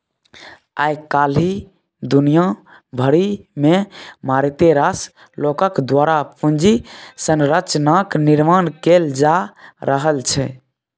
आय काल्हि दुनिया भरिमे मारिते रास लोकक द्वारा पूंजी संरचनाक निर्माण कैल जा रहल छै